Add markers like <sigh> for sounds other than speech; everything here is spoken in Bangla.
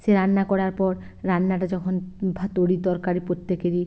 সে রান্না করার পর রান্নাটা যখন <unintelligible> তরি তরকারি প্রত্যেকেরই